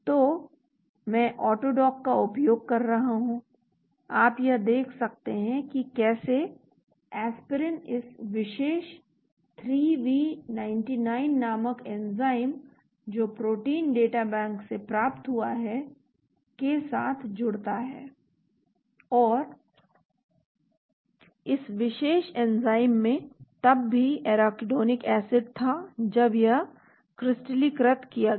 तो मैं ऑटोडॉक का उपयोग कर रहा हूं आप यह देख सकते हैं कि कैसे एस्पिरिन इस विशेष 3V99 नामक एंजाइम जो प्रोटीन डेटा बैंक से प्राप्त हुआ है के साथ जुड़ता है और इस विशेष एंजाइम में तब भी एराकिडोनिक एसिड था जब यह क्रिस्टलीकृत किया गया